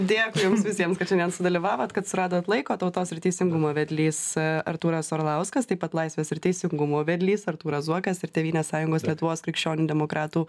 dėkui jums visiems kad šiandien sudalyvavot kad suradot laiko tautos ir teisingumo vedlys artūras orlauskas taip pat laisvės ir teisingumo vedlys artūras zuokas ir tėvynės sąjungos lietuvos krikščionių demokratų